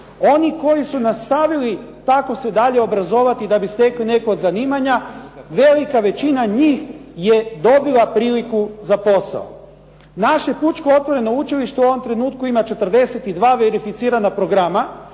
Oni koji su nastavili tako se dalje obrazovati da bi stekli neko od zanimanja, velika većina njih je dobila priliku za posao. Naše Pučko otvoreno učilište u ovom trenutku ima 42 verificirana programa